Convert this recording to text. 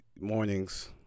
mornings